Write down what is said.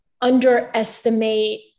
underestimate